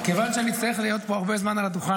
כיוון שאני אצטרך להיות הרבה זמן על הדוכן